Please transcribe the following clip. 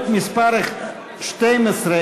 ההסתייגות של חברת הכנסת תמר זנדברג לסעיף 7 לא נתקבלה.